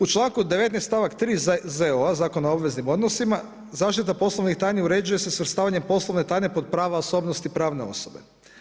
U članku 19. stavak 3. ZO-a Zakona o obveznih odnosima zaštita poslovnih tajni uređuje se svrstavanjem poslovne tajne pod prava osobnosti pravne osobe.